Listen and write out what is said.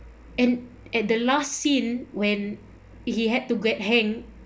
and at the last scene when he had to get hang